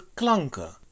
klanken